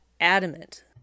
adamant